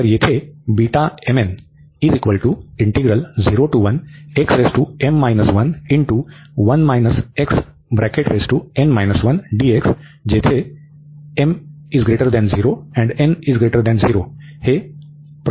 तर येथे हे प्रथम इंटीग्रल आहे